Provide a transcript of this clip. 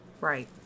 right